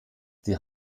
die